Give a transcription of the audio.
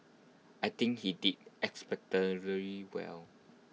I think he did really well